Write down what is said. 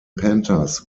panthers